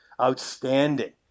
Outstanding